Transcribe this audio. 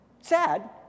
Sad